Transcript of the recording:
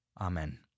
Amen